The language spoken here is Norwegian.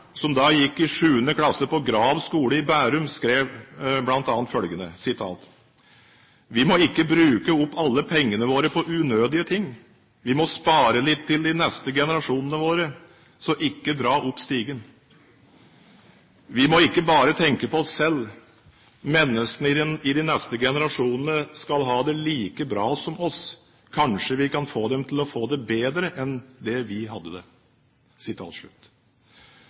som da gikk i 7. klasse på Grav skole i Bærum, skrev bl.a. følgende: «Vi må ikke bruke opp alle pengene våre på unødvendige ting, vi må spare litt til de neste generasjonene våre. Så ikke dra opp stigen! Vi må ikke bare tenke på oss selv. Menneskene i de neste generasjonene våre skal ha det like bra som oss. Kanskje vi kan få dem til å få det bedre enn vi har det?»